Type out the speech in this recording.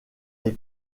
des